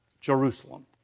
Jerusalem